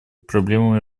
проблемами